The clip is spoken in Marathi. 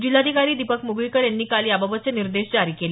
जिल्हाधिकारी दीपक मुगळीकर यांनी काल याबाबतचे निर्देश जारी केले